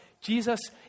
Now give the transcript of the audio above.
Jesus